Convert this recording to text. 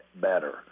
better